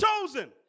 chosen